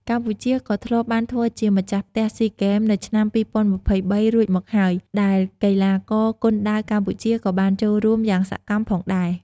កម្ពុជាក៏ធ្លាប់បានធ្វើជាម្ចាស់ផ្ទះស៊ីហ្គេមនៅឆ្នាំ២០២៣រួចមកហើយ ដែលកីឡាករគុនដាវកម្ពុជាក៏បានចូលរួមយ៉ាងសកម្មផងដែរ។